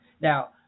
Now